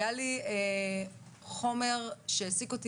היה לי חומר שהעסיק אותי